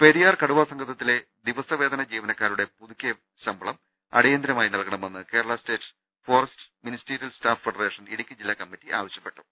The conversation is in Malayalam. പെരിയാർ കടുവാസങ്കേതത്തിലെ ദിവസവേതന ജീവനക്കാരുടെ പുതുക്കിയ ശമ്പളം അടിയന്തരമായി നൽകണമെന്ന് Kerala state forest ministerial staff federation Idukki ജില്ലാ കമ്മിറ്റി ആവശ്യപ്പെട്ടു